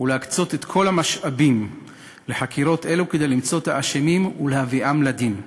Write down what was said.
ולהקצות את כל המשאבים לחקירות כדי למצוא את האשמים ולהביאם לדין,